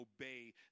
obey